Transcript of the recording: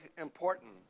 important